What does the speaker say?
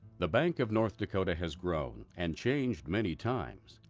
the bank of north dakota has grown and changed many times,